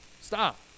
Stop